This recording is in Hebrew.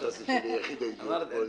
חשבתי שאני האידיוט היחיד פה,